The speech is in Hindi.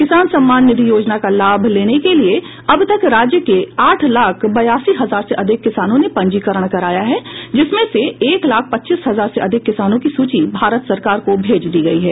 किसान सम्मान निधि योजना का लाभ लेने के लिये अब तक राज्य में आठ लाख बयासी हजार से अधिक किसानों ने पंजीकरण कराया है जिसमें से एक लाख पच्चीस हजार से अधिक किसानों की सूची भारत सरकार को भेज दी गयी है